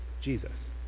Jesus